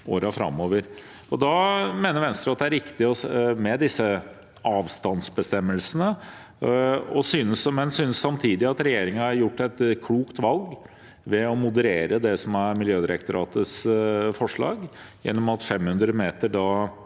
Da mener Venstre det er riktig med disse avstandsbestemmelsene, men synes samtidig at regjeringen har gjort et klokt valg ved å moderere Miljødirektoratets forslag om at 500 meters